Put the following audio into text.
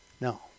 No